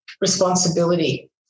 responsibility